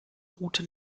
route